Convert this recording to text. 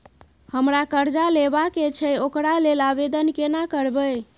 हमरा कर्जा लेबा के छै ओकरा लेल आवेदन केना करबै?